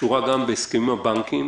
שקשורה גם בהסכמים עם הבנקים,